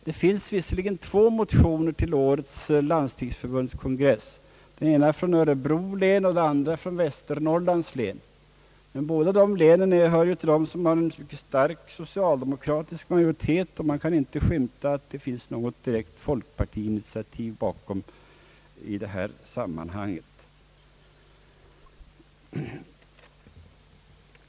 Det finns visserligen två motioner till årets landstingsförbundskon gress — den ena från Örebro län och den andra från Västernorrlands län. Båda dessa län har emellertid en mycket stark socialdemokratisk majoritet, och man kan inte skymta något direkt folkpartiinitiativ bakom motionerna.